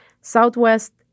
Southwest